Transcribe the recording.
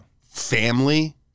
family